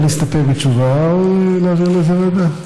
או להסתפק בתשובה או להעביר לוועדה.